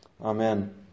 Amen